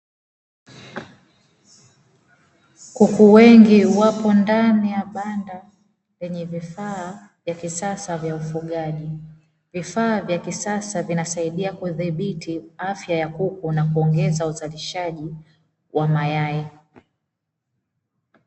Kuku wengi wapo ndani ya banda lenye vifaa vya kisasa vya ufugaji, vifaa vya kisasa vinasaidia kudhibiti afya ya kuku na kuongeza uzalishaji wa mayai.